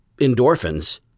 endorphins